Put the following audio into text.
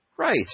Right